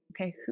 Okay